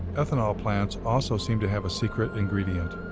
ethanol plants also seem to have a secret ingredient.